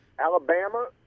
Alabama